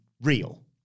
real